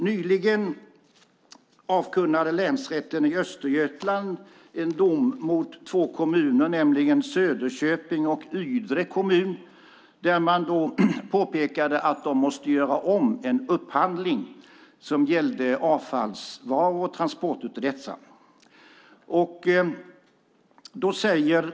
Nyligen avkunnade Länsrätten i Östergötland en dom mot två kommuner, nämligen Söderköping och Ydre kommun, där man påpekade att de måste göra om en upphandling som gällde transporter av avfallsvaror.